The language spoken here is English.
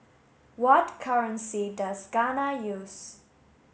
what currency does Ghana use